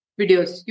videos